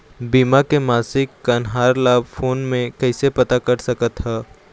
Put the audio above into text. बीमा के मासिक कन्हार ला फ़ोन मे कइसे पता सकत ह?